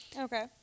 okay